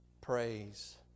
Praise